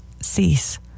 cease